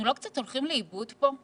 אנחנו לא קצת הולכים לאיבוד פה?